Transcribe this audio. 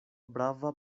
brava